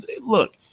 Look